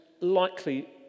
likely